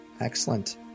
Excellent